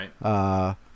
Right